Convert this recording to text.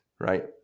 right